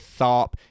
Tharp